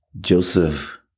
Joseph